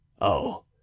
Oh